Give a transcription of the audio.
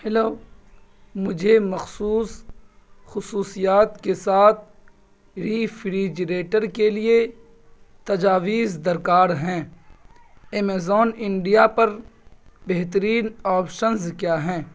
hello مجھے مخصوص خصوصیات کے ساتھ ریفریجریٹر کے لیے تجاویز درکار ہیں ایمیزون انڈیا پر بہترین آپشنز کیا ہیں